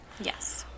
Yes